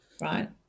Right